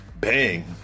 Bang